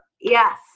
Yes